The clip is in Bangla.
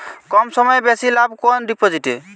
কম সময়ে বেশি লাভ কোন ডিপোজিটে?